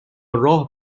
راه